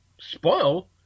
spoil